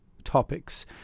topics